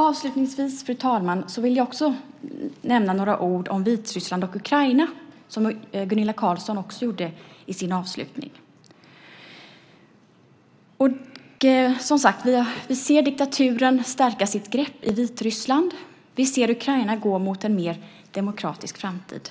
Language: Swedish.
Avslutningsvis, fru talman, vill jag också nämna några ord om Vitryssland och Ukraina, som Gunilla Carlsson också gjorde i sin avslutning. Vi ser diktaturen stärka sitt grepp i Vitryssland. Vi ser Ukraina gå mot en mer demokratisk framtid.